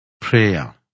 Prayer